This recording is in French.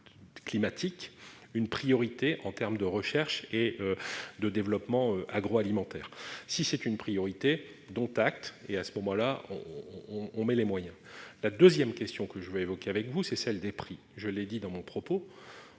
climatiques une priorité en terme de recherche et de développement, agroalimentaire, si c'est une priorité, dont acte, et à ce moment-là on on met les moyens, la 2ème question que je voulais évoquer avec vous, c'est celle des prix, je l'ai dit dans mon propos,